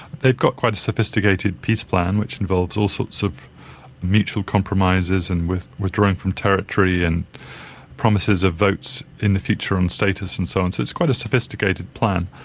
they've got quite a sophisticated peace plan, which involves all sorts of mutual compromises and withdrawing from territory and promises of votes in the future on status and so on, so it's quite a sophisticated plan.